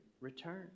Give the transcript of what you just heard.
return